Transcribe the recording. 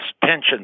tensions